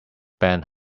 bent